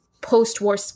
post-war